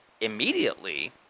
immediately